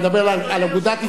אני מדבר על אגודת ישראל,